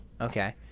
okay